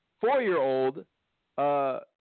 four-year-old